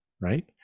right